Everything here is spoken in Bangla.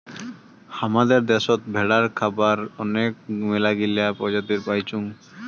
হামাদের দ্যাশোত ভেড়ার খাবার আনেক মেলাগিলা প্রজাতি পাইচুঙ